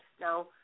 now